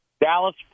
Dallas